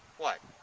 what?